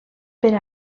per